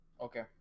Okay